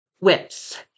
whips